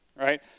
Right